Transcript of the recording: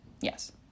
Yes